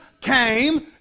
came